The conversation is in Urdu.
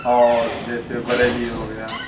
اور جیسے بریلی ہو گیا